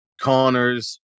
Connors